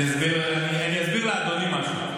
אני אסביר לאדוני משהו: